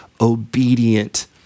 obedient